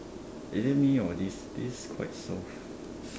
is it me or this is quite soft